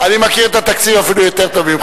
אני מכיר את התקציב אפילו יותר טוב ממך.